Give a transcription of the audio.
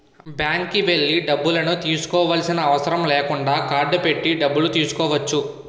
బ్యాంక్కి వెళ్లి డబ్బులను తీసుకోవాల్సిన అవసరం లేకుండా కార్డ్ పెట్టి డబ్బులు తీసుకోవచ్చు